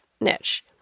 niche